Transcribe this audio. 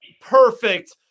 perfect